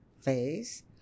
phase